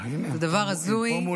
הינה, פה מולנו.